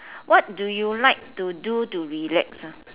what do you like to do to relax ah